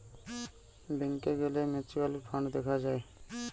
ব্যাংকে গ্যালে mutual fund দেখা যায়